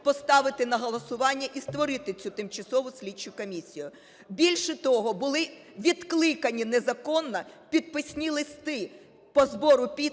поставити на голосування і створити цю тимчасову слідчу комісію. Більше того, були відкликані незаконно підписні листи по збору підписів